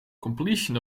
completion